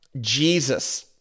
Jesus